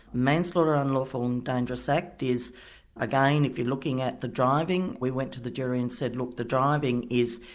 manslaughter, unlawful and dangerous act is again, if you're looking at the driving, we went to the jury and said, look the driving is,